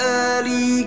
early